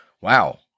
Wow